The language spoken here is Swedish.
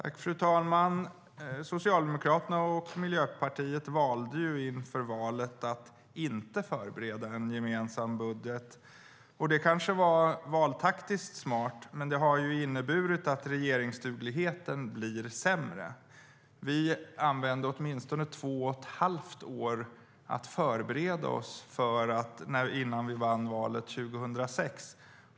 Fru talman! Socialdemokraterna och Miljöpartiet valde inför valet att inte förbereda en gemensam budget. Det kanske var valtaktiskt smart, men det innebär att regeringsdugligheten blir sämre. Vi använde åtminstone två och ett halvt år till att förbereda oss innan vi vann valet 2006.